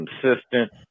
consistent